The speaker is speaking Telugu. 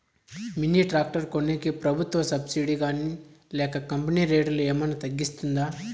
మిని టాక్టర్ కొనేకి ప్రభుత్వ సబ్సిడి గాని లేక కంపెని రేటులో ఏమన్నా తగ్గిస్తుందా?